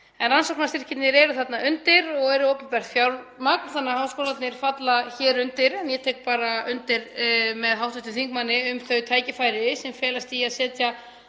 En rannsóknarstyrkirnir eru þarna undir og eru opinbert fjármagn þannig að háskólarnir falla hér undir. En ég tek undir með hv. þingmanni um þau tækifæri sem felast í að setja